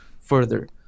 further